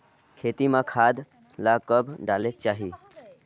खेती म खाद ला कब डालेक चाही?